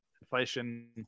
inflation